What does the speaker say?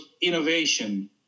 innovation